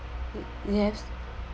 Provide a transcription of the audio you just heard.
yes